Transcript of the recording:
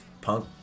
punk